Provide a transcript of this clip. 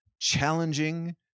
challenging